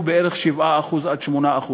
היא 7% 8%,